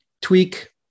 tweak